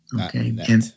okay